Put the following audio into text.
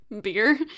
Beer